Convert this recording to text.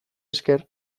esker